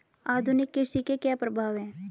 आधुनिक कृषि के क्या प्रभाव हैं?